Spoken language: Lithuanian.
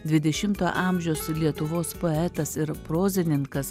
dvidešimto amžiaus lietuvos poetas ir prozininkas